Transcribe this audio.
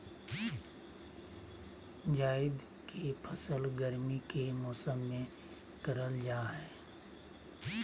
जायद के फसल गर्मी के मौसम में करल जा हइ